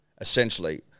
essentially